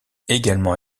également